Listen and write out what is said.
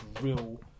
real